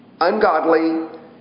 ungodly